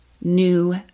new